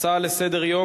הצעה לסדר-היום